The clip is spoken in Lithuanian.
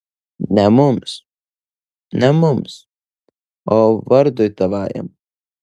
ne mums ne mums o vardui tavajam